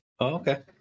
Okay